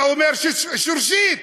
אתה אומר: שורשית.